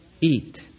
eat